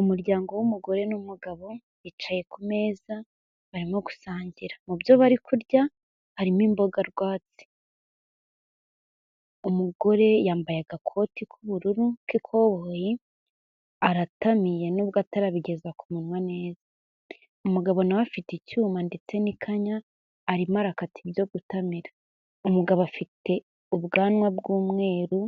Umuryango w'umugore n'umugabo, bicaye ku meza, barimo gusangira. Mu byo bari kurya, harimo imboga rwatsi. Umugore yambaye agakoti k'ubururu k'ikoboyi, aratamiye nubwo atarabigeza ku munwa neza. Umugabo na we afite icyuma ndetse n'ikanya, arimo arakata ibyo gutamira. Umugabo afite ubwanwa bw'umweru